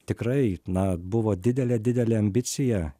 tikrai na buvo didelė didelė ambicija